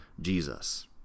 Jesus